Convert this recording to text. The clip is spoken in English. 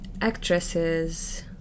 actresses